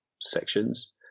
sections